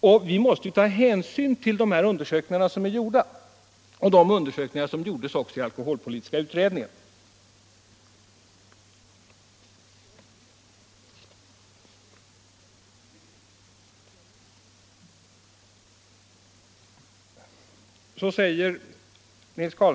Och vi måste ta hänsyn till de undersökningar som har gjorts, även undersökningarna i alkoholpolitiska utredningen.